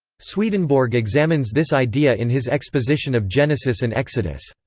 swedenborg examines this idea in his exposition of genesis and exodus.